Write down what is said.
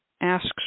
asks